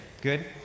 Good